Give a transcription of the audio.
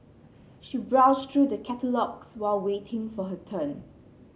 she browsed through the catalogues while waiting for her turn